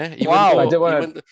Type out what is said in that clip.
Wow